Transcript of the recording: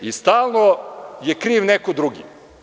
I stalno je kriv neko drugi.